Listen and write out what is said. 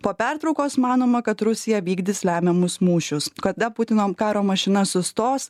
po pertraukos manoma kad rusija vykdys lemiamus mūšius kada putino karo mašina sustos